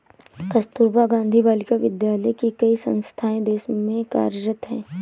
कस्तूरबा गाँधी बालिका विद्यालय की कई संस्थाएं देश में कार्यरत हैं